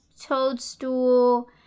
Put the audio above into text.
Toadstool